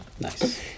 Nice